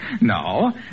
No